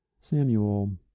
Samuel